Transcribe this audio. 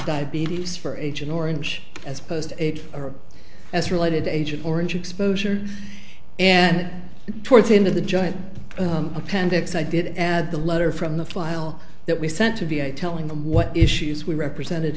diabetes for agent orange as opposed to or as related agent orange exposure and towards the end of the joint appendix i did add the letter from the file that we sent to be a telling them what issues we represented